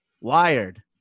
Wired